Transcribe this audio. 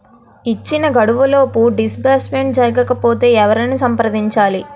ఇచ్చిన గడువులోపు డిస్బర్స్మెంట్ జరగకపోతే ఎవరిని సంప్రదించాలి?